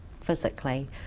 physically